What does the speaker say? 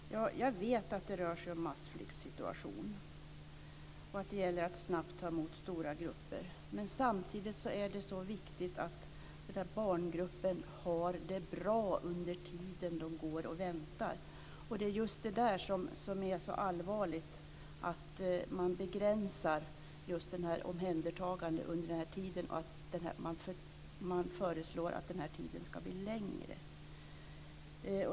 Fru talman! Jag vet att det rör sig om massflyktsituationer och att det gäller att snabbt ta emot stora grupper. Samtidigt är det viktigt att den här gruppen barn har det bra under tiden de går och väntar. Det är just det som är så allvarligt, att man begränsar omhändertagandet under den här tiden och föreslår att den tiden ska bli längre.